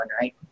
right